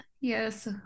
Yes